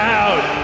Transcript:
out